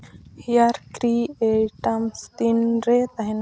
hair care items ᱛᱤᱱ ᱨᱮ ᱛᱟᱦᱮᱱᱟ